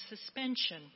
suspension